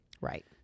right